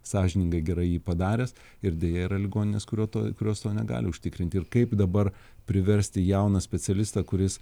sąžiningai gerai jį padaręs ir deja yra ligoninės kurio to kurios to negali užtikrinti ir kaip dabar priversti jauną specialistą kuris